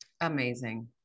Amazing